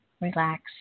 Relax